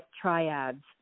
triads